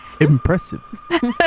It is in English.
Impressive